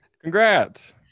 Congrats